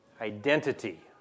Identity